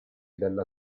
della